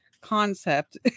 concept